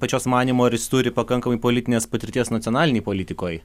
pačios manymu ar jis turi pakankamai politinės patirties nacionalinėj politikoj